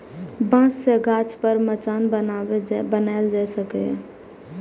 बांस सं गाछ पर मचान बनाएल जा सकैए